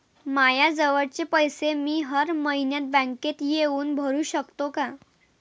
मायाजवळचे पैसे मी हर मइन्यात बँकेत येऊन भरू सकतो का?